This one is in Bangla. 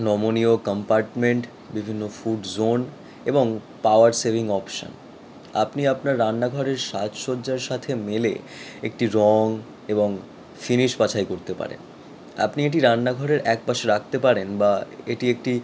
নমনীয় কাম্পার্টমেন্ট বিভিন্ন ফুড জোন এবং পাওয়ার সেভিং অপশন আপনি আপনার রান্নাঘরের সাজসজ্জার সাথে মেলে একটি রঙ এবং ফিনিশ বাছাই করতে পারেন আপনি এটি রান্নাঘরের এক পাশে রাখতে পারেন বা এটি একটি